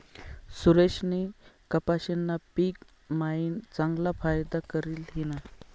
सुरेशनी कपाशीना पिक मायीन चांगला फायदा करी ल्हिना